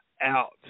out